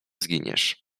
zginiesz